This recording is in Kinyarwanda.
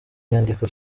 nyandiko